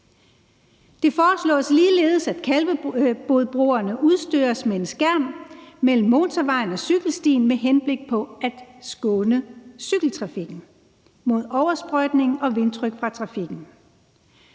Det foreslås ligeledes, at Kalvebodbroerne udstyres med en skærm mellem motorvejen og cykelstien med henblik på at skåne cykeltrafikken mod oversprøjtning og vindtryk fra trafikken.